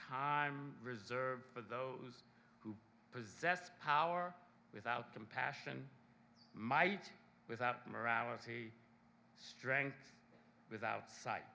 time reserved for those possessed power without compassion might without morality strength without si